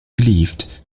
believed